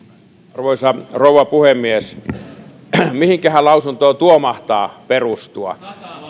arvoisa rouva puhemies mihinkähän lausuntoon tuo mahtaa perustua